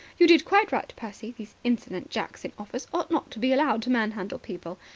you did quite right, percy. these insolent jacks in office ought not to be allowed to manhandle people.